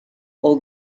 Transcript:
all